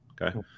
Okay